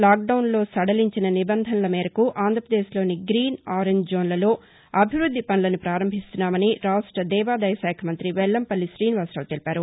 lock don లో సడలించిన నిబంధనల మేరకు ఆంధ్రప్రదేశ్లోని గ్రీన్ ఆరంజ్ జోన్లలో అభివృద్ది పనులసు ప్రారంభిస్తున్నామని రాష్ట దేవాదాయ శాఖ మంత్రి వెల్లంపల్లి తీనివాసరావు తెలిపారు